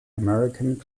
american